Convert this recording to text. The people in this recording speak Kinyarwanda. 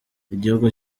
igihugu